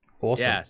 Awesome